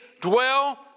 dwell